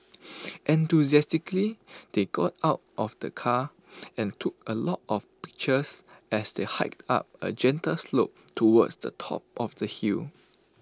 enthusiastically they got out of the car and took A lot of pictures as they hiked up A gentle slope towards the top of the hill